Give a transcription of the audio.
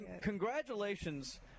congratulations